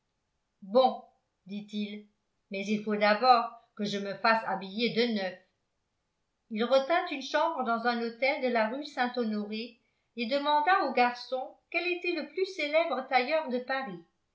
bon dit-il mais il faut d'abord que je me fasse habiller de neuf il retint une chambre dans un hôtel de la rue saint-honoré et demanda au garçon quel était le plus célèbre tailleur de paris